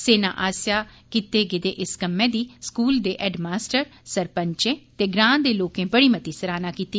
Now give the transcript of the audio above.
सेना आस्सेआ कीते गेदे इस कम्मा दी स्कूल दे हैड मास्टर सरपंच ते ग्रां दे लोकें बड़ी मती सराहना कीती